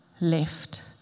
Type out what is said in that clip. left